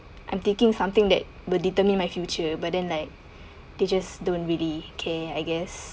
I'm taking something that will determine my future but then like they just don't really care I guess